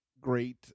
Great